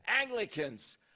Anglicans